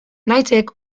naizek